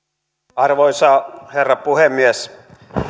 arvoisa herra puhemies